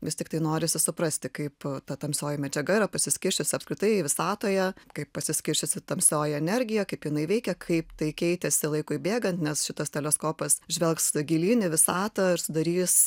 vis tiktai norisi suprasti kaip ta tamsioji medžiaga yra pasiskirsčiusi apskritai visatoje kaip pasiskirsčiusi tamsioji energija kaip jinai veikia kaip tai keitėsi laikui bėgant nes šitas teleskopas žvelgs gilyn į visatą ir sudarys